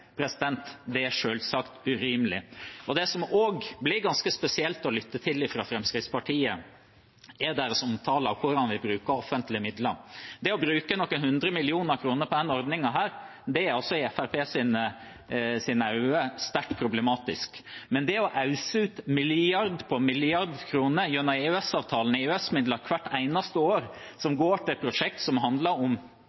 Det er selvsagt urimelig. Det som også blir ganske spesielt når en lytter til Fremskrittspartiet, er deres omtale av hvordan vi bruker offentlige midler. Det å bruke noen hundre millioner kroner på denne ordningen er altså i Fremskrittspartiets øyne sterkt problematisk. Men det å øse ut milliarder av kroner gjennom EØS-avtalen i EØS-midler hvert eneste år, som